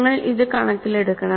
നിങ്ങൾ ഇത് കണക്കിലെടുക്കണം